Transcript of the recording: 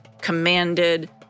commanded